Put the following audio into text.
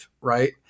right